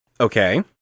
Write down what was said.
Okay